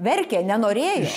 verkė nenorėjo